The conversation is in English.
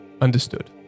Understood